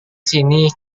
sini